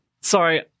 Sorry